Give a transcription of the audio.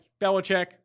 Belichick